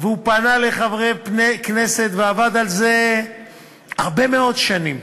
והוא פנה לחברי כנסת ועבד על זה הרבה מאוד שנים,